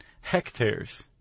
hectares